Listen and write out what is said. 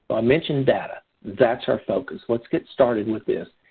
i mentioned data. that's our focus. let's get started with this.